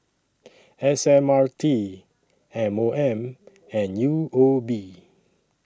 S M R T M O M and U O B